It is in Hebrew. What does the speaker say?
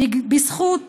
בזכות